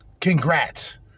Congrats